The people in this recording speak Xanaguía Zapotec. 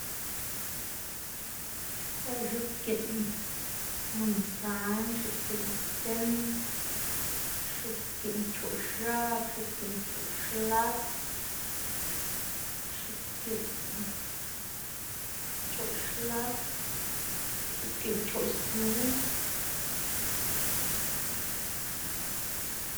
ix̱ixkwaꞌ x̱oꞌbgiꞌn mansan. x̱oꞌbgiꞌn tind, x̱oꞌbgiꞌn pchoꞌx̱ab, x̱oꞌbgiꞌn pchoꞌxlas, x̱oꞌbgiꞌn pchoꞌxlas, x̱oꞌbgiꞌn pchoꞌxzu, pchoꞌxlas